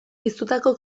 piztutako